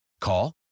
Call